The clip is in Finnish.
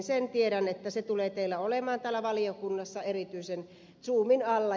sen tiedän että ne tulevat teillä olemaan valiokunnassa erityisen zoomin alla